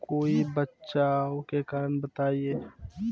कोई बचाव के कारण बताई?